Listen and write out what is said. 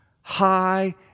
high